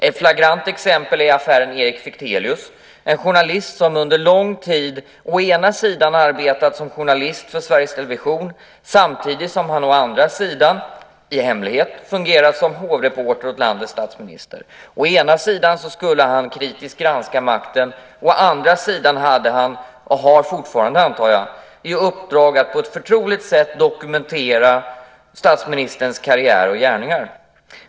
Ett flagrant exempel är affären Erik Fichtelius, en journalist som å ena sidan under lång tid arbetat för Sveriges Television, å andra sidan i hemlighet fungerat som hovreporter åt landets statsminister. Å ena sidan skulle han kritiskt granska makten. Å andra sidan hade han, och har fortfarande antar jag, i uppdrag att på ett förtroligt sätt dokumentera statsministerns karriär och gärningar.